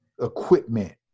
equipment